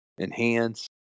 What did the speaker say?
enhance